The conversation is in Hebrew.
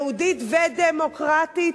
יהודית ודמוקרטית,